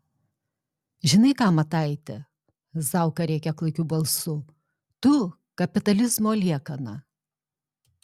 žinai ką mataiti zauka rėkia klaikiu balsu tu kapitalizmo liekana